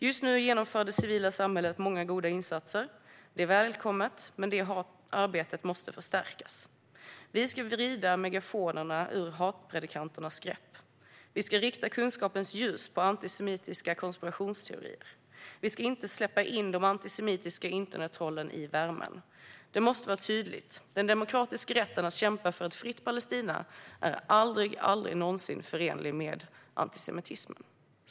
Just nu genomför det civila samhället många goda insatser. Det är välkommet, och det arbetet måste förstärkas. Vi ska vrida megafonerna ur hatpredikanternas grepp. Vi ska rikta kunskapens ljus på antisemitiska konspirationsteorier. Vi ska inte släppa in de antisemitiska internettrollen i värmen. Det måste vara tydligt, den demokratiska rätten att kämpa för ett fritt Palestina är aldrig, aldrig någonsin, förenlig med antisemitism."